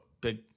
big